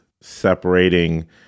separating